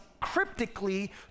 cryptically